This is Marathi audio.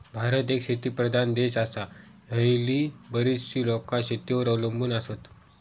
भारत एक शेतीप्रधान देश आसा, हयली बरीचशी लोकां शेतीवर अवलंबून आसत